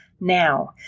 now